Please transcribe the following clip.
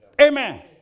Amen